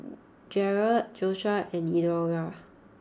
Jerold Joshuah and Eudora